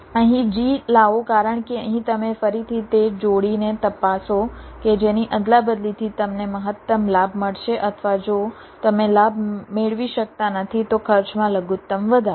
અહીં g લાવો કારણ કે અહીં તમે ફરીથી તે જોડીને તપાસો કે જેની અદલાબદલીથી તમને મહત્તમ લાભ મળશે અથવા જો તમે લાભ મેળવી શકતા નથી તો ખર્ચમાં લઘુત્તમ વધારો